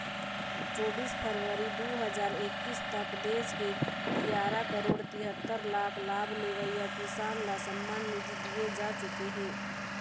चोबीस फरवरी दू हजार एक्कीस तक देश के गियारा करोड़ तिहत्तर लाख लाभ लेवइया किसान ल सम्मान निधि दिए जा चुके हे